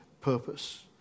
purpose